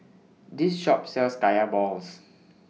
This Shop sells Kaya Balls